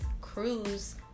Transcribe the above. cruise